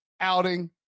outing